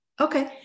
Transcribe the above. Okay